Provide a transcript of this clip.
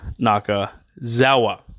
Nakazawa